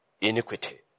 iniquity